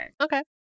Okay